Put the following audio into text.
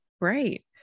Right